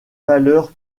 valeurs